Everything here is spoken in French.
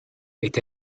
est